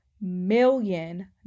million